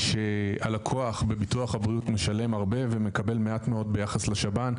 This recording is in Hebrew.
שהלקוח בביטוח הבריאות משלם הרבה ומקבל מעט מאוד ביחס לשב"ן.